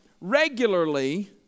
regularly